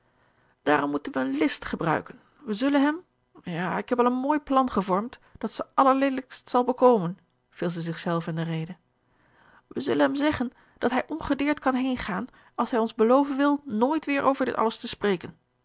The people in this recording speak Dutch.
daarom moeten wij list gebruiken wij zullen hem ja ik heb al een mooi plan gevormd dat ze allerleelijkst zal bekomen viel zij zich zelve in de rede wij zullen hem zeggen dat hij ongedeerd kan heengaan als hij ons beloven wil nooit weêr over dit alles te spreken